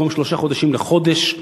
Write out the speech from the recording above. במקום שלושה חודשים לחודש.